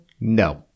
No